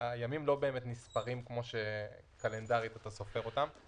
הימים לא באמת נספרים כמו קלנדרית אתה סופר אותם.